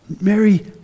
Mary